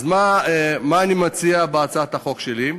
אז מה אני מציע בהצעת החוק שלי?